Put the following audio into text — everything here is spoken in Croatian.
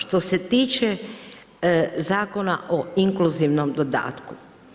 Što se tiče Zakona o inkluzivnom dodatku.